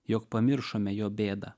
jog pamiršome jo bėdą